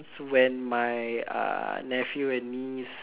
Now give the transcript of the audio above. when my uh nephew and niece